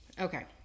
okay